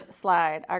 slide